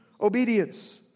obedience